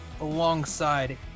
alongside